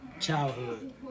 Childhood